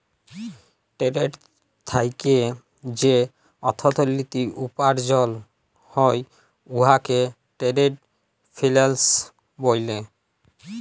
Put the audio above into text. trade থ্যাইকে যে অথ্থলিতি উপার্জল হ্যয় উয়াকে টেরেড ফিল্যাল্স ব্যলে